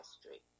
street